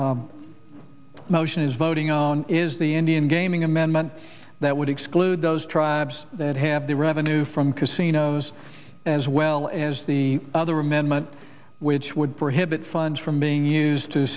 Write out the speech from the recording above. motion is voting on is the indian gaming amendment that would exclude those tribes that have the revenue from casinos as well as the other amendment which would prohibit funds from being used to